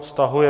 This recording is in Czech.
Stahuje.